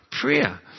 prayer